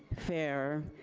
fair,